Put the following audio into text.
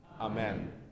Amen